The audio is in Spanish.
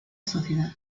sociedad